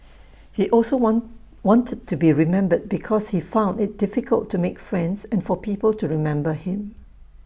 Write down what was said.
he also want wanted to be remembered because he found IT difficult to make friends and for people to remember him